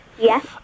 Yes